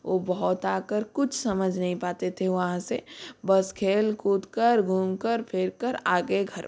वो बहुत आ कर कुछ समझ नहीं पाते थे वहाँ से बस खेल कूद कर घूम कर फिर कर आ गए घर पर